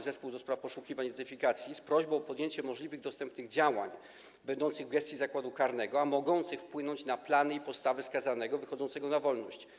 Zespół do Spraw Poszukiwań i Identyfikacji z prośbą o podjęcie możliwych i dostępnych działań będących w gestii zakładu karnego, a mogących wpłynąć na plany i postawę skazanego wychodzącego na wolność.